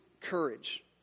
courage